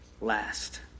last